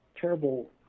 terrible